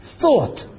thought